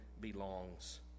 belongs